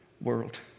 world